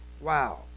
Wow